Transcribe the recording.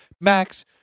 Max